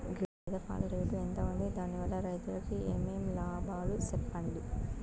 గేదె పాలు రేటు ఎంత వుంది? దాని వల్ల రైతుకు ఏమేం లాభాలు సెప్పండి?